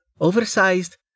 oversized